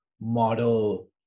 model